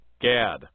Gad